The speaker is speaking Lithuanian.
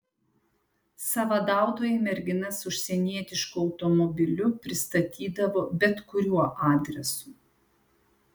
sąvadautojai merginas užsienietišku automobiliu pristatydavo bet kuriuo adresu